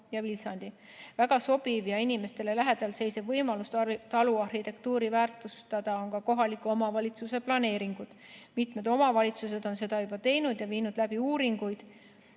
Väga sobiv ja inimestele lähedal seisev võimalus taluarhitektuuri väärtustada on ka kohaliku omavalitsuse planeeringud. Mitmed omavalitsused on seda juba teinud, nad on viinud läbi uuringuid